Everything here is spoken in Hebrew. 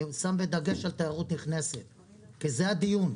אני שם דגש על תיירות נכנסת כי זה הדיון.